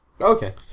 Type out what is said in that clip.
Okay